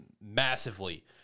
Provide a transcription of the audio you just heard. massively